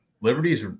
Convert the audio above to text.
Liberty's